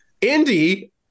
Indy